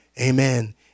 Amen